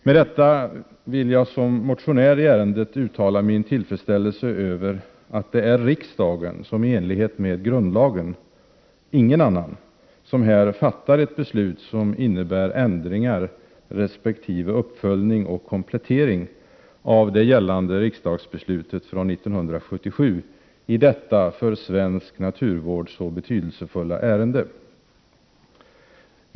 Med detta vill jag som motionär i ärendet uttala min tillfredsställelse över att det är riksdagen —inte någon annan —somi enlighet med grundlagen fattar ett beslut som innebär ändringar resp. uppföljning och komplettering av det gällande riksdagsbeslutet från 1977 i detta för svensk naturvård så betydelsefulla ärende.